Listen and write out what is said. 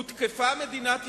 הותקפה מדינת ישראל,